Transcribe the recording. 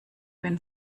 wenn